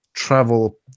travel